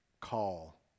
call